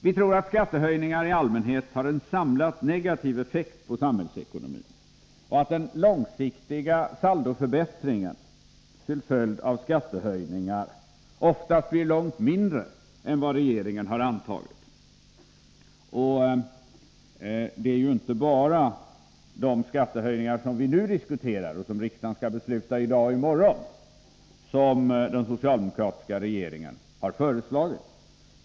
Vi tror att skattehöjningarna i allmänhet har en samlat negativ effekt på samhällsekonomin och att den långsiktiga saldoförbättringen till följd av skattehöjningarna oftast blir långt mindre än vad regeringen har antagit. Det är ju inte bara de skattehöjningar som vi nu diskuterar och som riksdagen skall besluta om i dag och i morgon som regeringen har föreslagit.